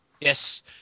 Yes